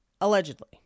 allegedly